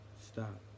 stop